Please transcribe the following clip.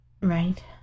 right